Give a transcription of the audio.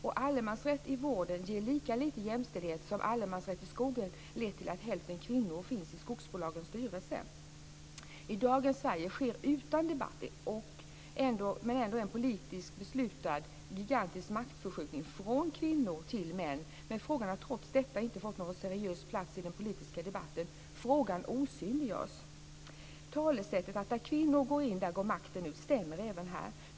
Och allemansrätt i vården ger lika lite jämställdhet som att allemansrätt i skogen lett till att hälften kvinnor finns i skogsbolagens styrelser. I dagens Sverige sker detta utan debatt, men ändå en politiskt beslutad gigantisk maktförskjutning från kvinnor till män. Men frågan har trots detta inte fått någon seriös plats i den politiska debatten. Frågan osynliggörs. Talesättet att där kvinnor går in där går makten ut stämmer även här.